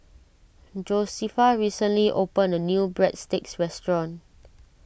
Josefa recently opened a new Breadsticks restaurant